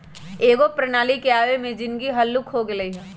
एकेगो प्रणाली के आबे से जीनगी हल्लुक हो गेल हइ